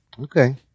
Okay